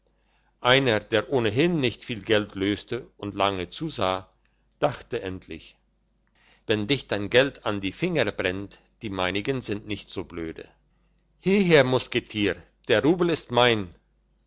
einer der ohnehin nicht viel geld löste und lange zusah dachte endlich wenn dich dein geld an die finger brennt die meinigen sind nicht so blöde hieher musketier der rubel ist mein